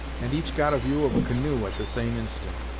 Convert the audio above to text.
and each got a view of a canoe at the same instant.